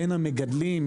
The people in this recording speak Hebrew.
בין המגדלים,